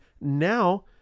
now